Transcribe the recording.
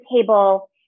table